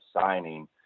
signing